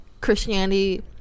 Christianity